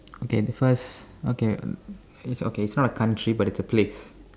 and first okay it's okay it's not a country but it's a place